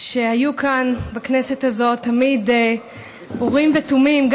שהיו כאן בכנסת הזאת תמיד אורים ותומים.